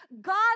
God